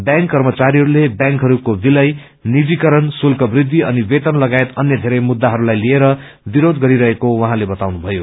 bank कर्मचारीहरूले ब्यांकहरूको विलय नीणिकरण शूल्क वृच्छि अनि वेतन लगायत अन्य वेरै मुद्राहरूलाई लिएर विरोध गरिरहेको उहाँले बताउनुभयो